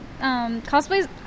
cosplays